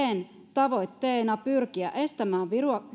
tavoitteena pyrkiä estämään